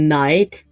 night